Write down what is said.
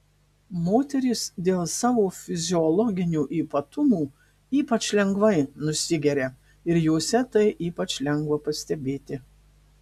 moterys dėl savo fiziologinių ypatumų ypač lengvai nusigeria ir jose tai ypač lengva pastebėti